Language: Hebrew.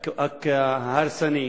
ההרסני?